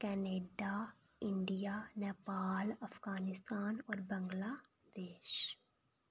Canada India Nepal Afghanistan और बंगलादेश